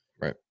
right